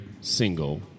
single